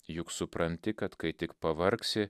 juk supranti kad kai tik pavargsi